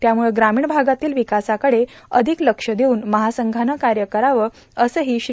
त्यामुळे ग्रामीण भागातील ांवकासाकडे र्अाधक लक्ष देऊन महासंघाने काय करावं असंहो श्री